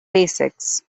basics